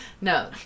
No